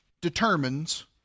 determines